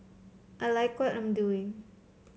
I like what I'm doing